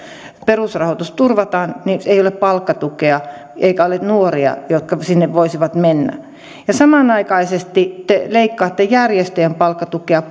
perusrahoitus ei ole palkkatukea eikä ole nuoria jotka sinne voisivat mennä samanaikaisesti te leikkaatte järjestöjen palkkatukea